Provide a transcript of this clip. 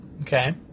Okay